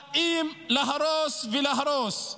באים להרוס ולהרוס.